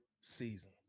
season